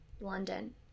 London